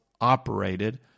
operated